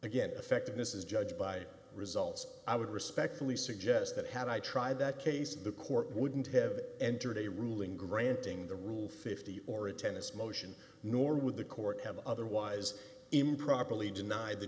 again effectiveness is judged by results i would respectfully suggest that had i tried that case the court wouldn't have entered a ruling granting the rule fifty or a tennis motion nor would the court have otherwise improperly denied the